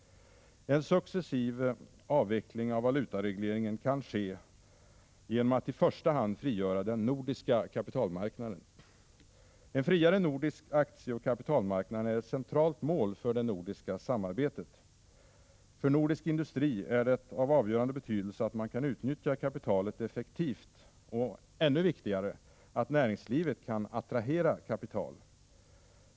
En successiv avveckling av valutaregleringen kan ske genom att i första hand frigöra den nordiska kapitalmarknaden. En friare nordisk aktieoch kapitalmarknad är ett centralt mål för det nordiska samarbetet. För nordisk industri är det av avgörande betydelse att man kan utnyttja kapitalet effektivt och — ännu viktigare — att näringslivet kan attrahera kapital.